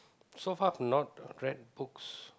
so far I've not read books